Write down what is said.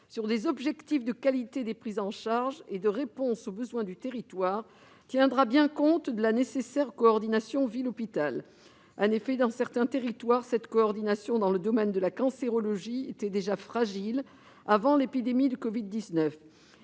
sur des objectifs de qualité des prises en charge et de réponse aux besoins du territoire tiendra bien compte de la nécessaire coordination ville-hôpital. En effet, dans certains territoires, cette coordination dans le domaine de la cancérologie était déjà fragile avant l'épidémie de covid-19.